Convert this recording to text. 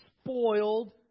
spoiled